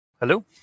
Hello